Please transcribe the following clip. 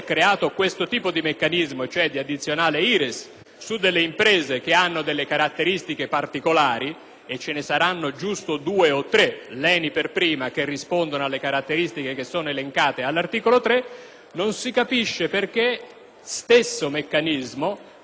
su delle imprese che hanno caratteristiche particolari - ce ne saranno giusto due o tre, l'ENI per prima, che rispondono alle caratteristiche elencate all'articolo 3 - e non si capisce perché lo stesso meccanismo non possa essere utilizzato per recuperare